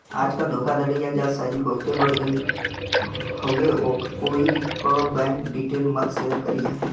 आजकल धोखाधड़ी या जालसाजी बहुते बढ़ गयल हउवे कोई क बैंक डिटेल मत शेयर करिहा